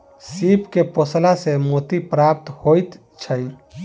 सीप के पोसला सॅ मोती प्राप्त होइत छै